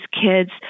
kids